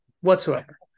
Whatsoever